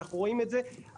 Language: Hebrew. אנחנו רואים את זה הפעם,